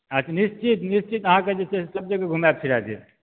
निश्चित निश्चित अहाके जे सबेके घुमा फिरा देब